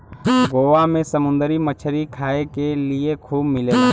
गोवा में समुंदरी मछरी खाए के लिए खूब मिलेला